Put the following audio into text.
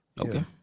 Okay